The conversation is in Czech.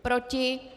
Proti?